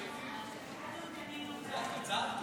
זה הקצר?